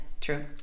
true